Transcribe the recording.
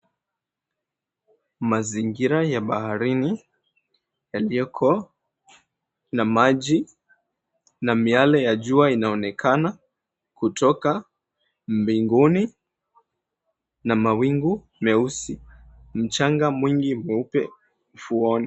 Mazingira ya baharini yaliyoko na maji na miale ya jua inaonekana kutoka mbinguni na mawingu meusi. Mchanga mwingi mweupe ufuoni.